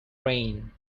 rain